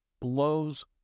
blows